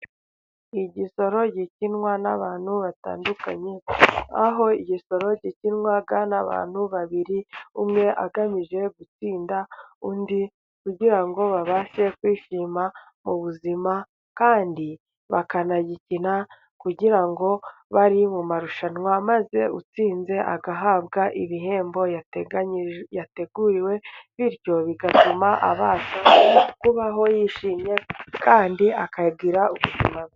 Igisoro gikinwa n'abantu batandukanye ,aho igisoro gikinwa n'abantu babiri ,umwe agamije gutsinda undi kugira ngo babashe kwishima mu buzima ,kandi bakanagikina kugira ngo bari mu marushanwa maze utsinze agahabwa ibihembo yateguriwe ,bityo bigatuma abasha kubaho yishimye, kandi akagira ubuzima bwe.